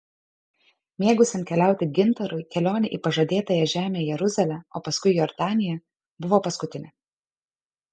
mėgusiam keliauti gintarui kelionė į pažadėtąją žemę jeruzalę o paskui į jordaniją buvo paskutinė